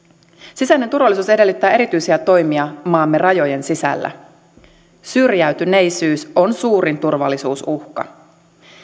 sisäinen turvallisuus edellyttää erityisiä toimia maamme rajojen sisällä syrjäytyneisyys on suurin turvallisuusuhka